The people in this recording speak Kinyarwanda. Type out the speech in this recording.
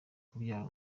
kubyara